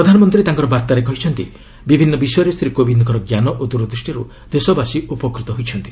ପ୍ରଧାନମନ୍ତ୍ରୀ ତାଙ୍କ ବାାର୍ତ୍ତାରେ କହିଛନ୍ତି ବିଭିନ୍ନ ବିଷୟରେ ଶ୍ରୀ କୋବିନ୍ଦ୍ଙ୍କ ଜ୍ଞାନ ଓ ଦୂରଦ୍ଷ୍ଟିରୁ ଦେଶବାସୀ ଉପକୃତ ହୋଇଛନ୍ତି